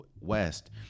West